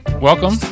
Welcome